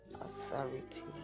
authority